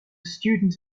student